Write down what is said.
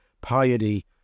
piety